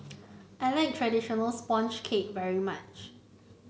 I like traditional sponge cake very much